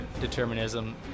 determinism